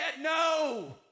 No